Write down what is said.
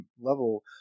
level